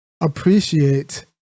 appreciate